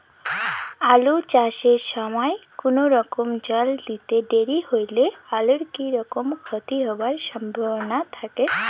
আলু চাষ এর সময় কুনো কারণে জল দিতে দেরি হইলে আলুর কি রকম ক্ষতি হবার সম্ভবনা থাকে?